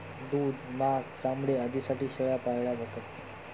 दूध, मांस, चामडे आदींसाठी शेळ्या पाळल्या जातात